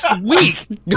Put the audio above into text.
week